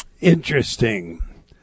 Interesting